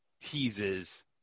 teases